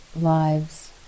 lives